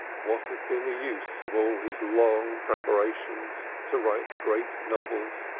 what had been the use of all his long prepay rations to write great novels?